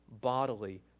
bodily